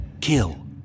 kill